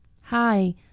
Hi